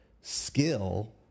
skill